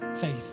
faith